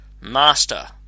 Master